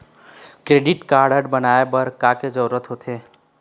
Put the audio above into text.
Credit card बनवाए बर का के जरूरत होते?